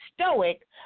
stoic